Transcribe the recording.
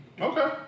Okay